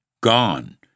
Gone